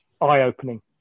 eye-opening